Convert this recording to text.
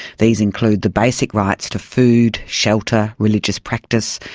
these include the basic rights to food, shelter, religious practice,